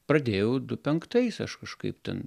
pradėjau du penktais aš kažkaip ten